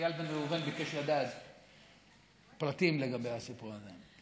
איל בן ראובן ביקש לדעת פרטים לגבי הסיפור הזה.